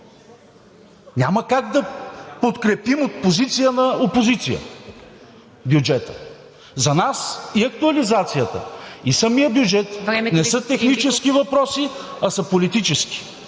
Няма как да подкрепим бюджета от позиция на опозиция. За нас и актуализацията, и самият бюджет не са технически въпроси, а са политически.